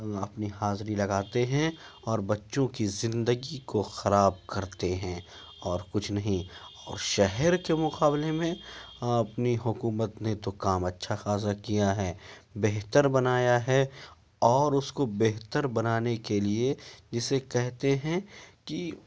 اپنی حاضری لگاتے ہیں اور بچوں کے زندگی کو خراب کرتے ہیں اور کچھ نہیں اور شہر کے مقابلے میں ہاں اپنی حکومت نے تو کام اچھا خاصا کیا ہے بہتر بنایا ہے اور اس کو بہتر بنانے کے لیے جسے کہتے ہیں کہ